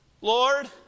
Lord